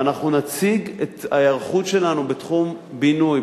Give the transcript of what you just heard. ואנחנו נציג את ההיערכות שלנו בתחום הבינוי,